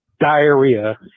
Diarrhea